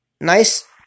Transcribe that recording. nice